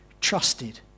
trusted